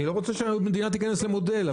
אני לא רוצה שהמדינה תיכנס למודל.